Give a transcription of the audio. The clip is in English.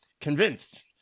convinced